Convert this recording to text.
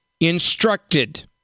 instructed